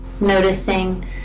noticing